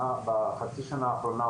שבחצי שנה האחרונה,